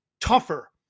tougher